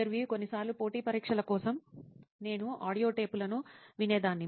ఇంటర్వ్యూఈ కొన్నిసార్లు పోటీ పరీక్షల కోసం నేను ఆడియో టేపులను వినేదాన్ని